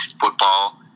football